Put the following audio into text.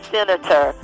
Senator